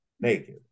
naked